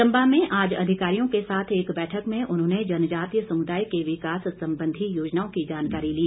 चम्बा में आज अधिकारियों के साथ एक बैठक में उन्होंने जनजातीय समुदाय के विकास संबंधी योजनाओं की जानकारी ली